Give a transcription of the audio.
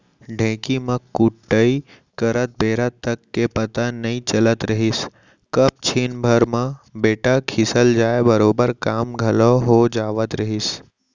ढेंकी म कुटई करत बेरा तक के पता नइ चलत रहिस कब छिन भर म बेटा खिसल जाय बरोबर काम घलौ हो जावत रहिस